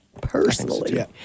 personally